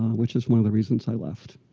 which is one of the reasons i left.